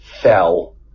fell